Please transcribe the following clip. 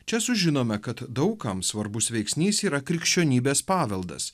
čia sužinome kad daug kam svarbus veiksnys yra krikščionybės paveldas